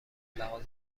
لحاظ